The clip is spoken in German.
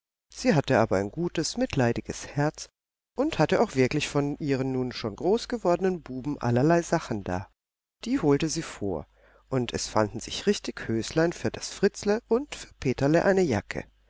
sie hatte aber ein gutes mitleidiges herz und hatte auch wirklich von ihren nun schon groß gewordenen buben allerlei sachen da die holte sie vor und es fanden sich richtig höslein für das fritzle und für peterle eine jacke